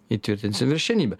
įtvirtinsim viršenybę